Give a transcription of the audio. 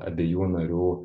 abiejų narių